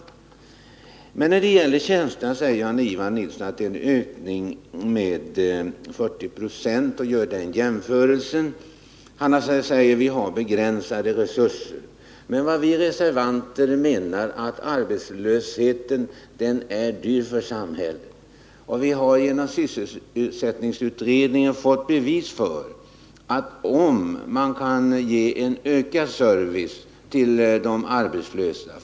Jan-Ivan Nilsson säger att tjänsterna vid AMS har ökat med 40 96. Han påpekar också att vi har begränsade resurser. Vad vi reservanter menar är att arbetslösa människor är dyra för samhället. Vi har genom sysselsättningsutredningen fått bevis för att ökad service ger resultat.